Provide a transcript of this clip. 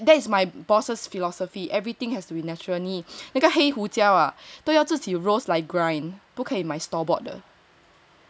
ya so that that is my boss' philosophy everything has to be naturally 那个黑胡椒啊都要自己 roast 来 grind 不可以买 store bought 的